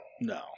No